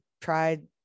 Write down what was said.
tried